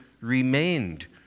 remained